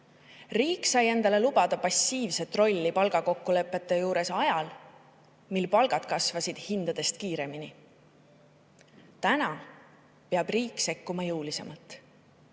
Riik sai endale lubada passiivset rolli palgakokkulepete sõlmimisel ajal, mil palgad kasvasid hindadest kiiremini. Nüüd peab riik sekkuma jõulisemalt.